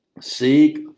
seek